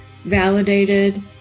validated